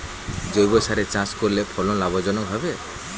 জৈবসারে চাষ করলে ফলন লাভজনক হবে?